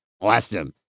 Awesome